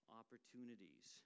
opportunities